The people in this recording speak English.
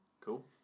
Cool